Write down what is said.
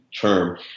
term